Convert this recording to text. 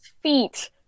feet